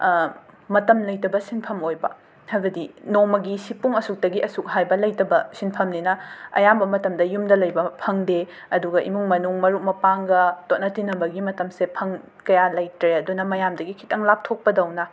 ꯃꯇꯝ ꯂꯩꯇꯕ ꯁꯤꯟꯐꯝ ꯑꯣꯏꯕ ꯍꯥꯏꯕꯗꯤ ꯅꯣꯡꯃꯒꯤ ꯁꯤ ꯄꯨꯡ ꯑꯁꯨꯛꯇꯒꯤ ꯑꯁꯨꯛ ꯍꯥꯏꯕ ꯂꯩꯇꯕ ꯁꯤꯟꯐꯝꯅꯤꯅ ꯑꯌꯥꯝꯕ ꯃꯇꯝꯗ ꯌꯨꯝꯗ ꯂꯩꯕꯃ ꯐꯪꯗꯦ ꯑꯗꯨꯒ ꯏꯃꯨꯡ ꯃꯅꯨꯡ ꯃꯔꯨꯞ ꯃꯄꯥꯡꯒ ꯇꯣꯠꯅ ꯇꯤꯟꯅꯕꯒꯤ ꯃꯇꯝꯁꯦ ꯐꯪ ꯀꯌꯥ ꯂꯩꯇ꯭ꯔꯦ ꯑꯗꯨꯅ ꯃꯌꯥꯝꯗꯒꯤ ꯈꯤꯇꯪ ꯂꯥꯞꯊꯣꯛꯄꯗꯧꯅ